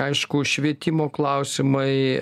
aišku švietimo klausimai